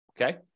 Okay